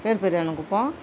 Perperiyan Kuppam